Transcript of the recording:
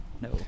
No